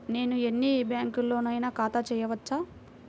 నేను ఎన్ని బ్యాంకులలోనైనా ఖాతా చేయవచ్చా?